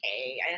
okay